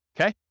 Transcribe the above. Okay